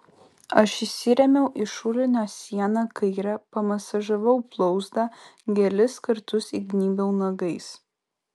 aš įsirėmiau į šulinio sieną kaire pamasažavau blauzdą gelis kartus įgnybiau nagais